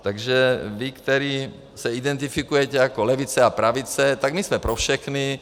Takže vy, kteří se identifikujete jako levice a pravice, tak my jsme pro všechny.